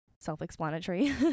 self-explanatory